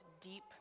deep